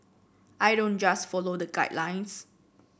I don't just follow the guidelines